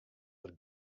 der